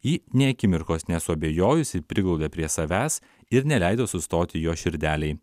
ji nė akimirkos nesuabejojusi priglaudė prie savęs ir neleido sustoti jo širdelei